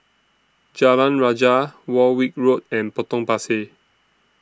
Jalan Rajah Warwick Road and Potong Pasir